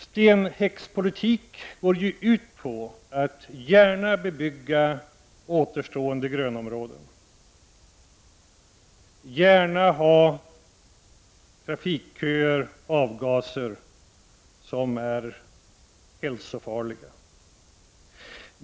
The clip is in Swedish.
Stenhäckspolitik går ju ut på att gärna bebygga återstående grönområden, att gärna ha trafikköer och avgaser, som är hälsofarliga.